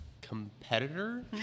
competitor